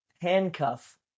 handcuff